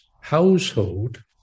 household